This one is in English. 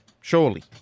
surely